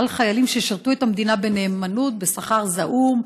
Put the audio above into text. החיילים ששירתו את המדינה בנאמנות ובשכר זעום?